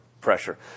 pressure